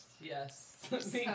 Yes